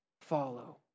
follow